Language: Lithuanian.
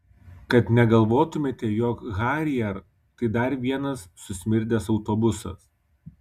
kad negalvotumėte jog harrier tai dar vienas susmirdęs autobusas